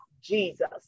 Jesus